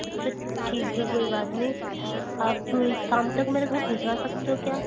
अच्छा ठीक है कोई बात नहीं आप शाम तक मेरे घर भिजवा सकते हो क्या